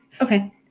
Okay